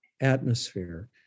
atmosphere